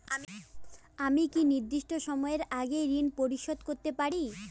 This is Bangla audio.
আমি কি নির্দিষ্ট সময়ের আগেই ঋন পরিশোধ করতে পারি?